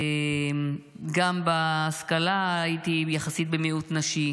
גם בהשכלה הייתי יחסית במיעוט נשי,